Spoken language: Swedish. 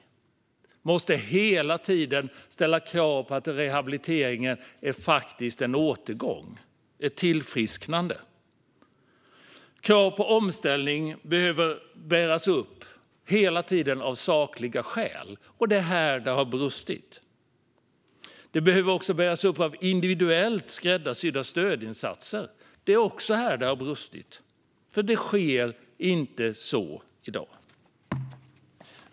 Krav måste hela tiden ställas på att rehabiliteringen ska leda till ett tillfrisknande och en återgång. Krav på omställning behöver hela tiden bäras upp av sakliga skäl och individuellt skräddarsydda stödinsatser. Här har det brustit, för så sker inte i dag.